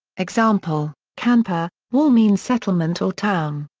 example khanpur. wal means settlement or town.